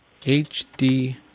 HD